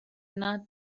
not